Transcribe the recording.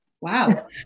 Wow